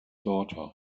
daughter